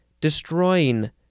destroying